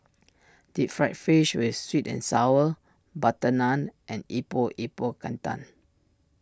Deep Fried Fish with Sweet and Sour Sauce Butter Naan and Epok Epok Kentang